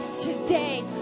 Today